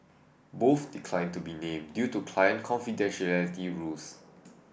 both declined to be named due to client confidentiality rules